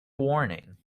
warning